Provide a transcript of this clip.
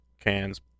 cans